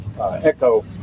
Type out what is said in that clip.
echo